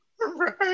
Right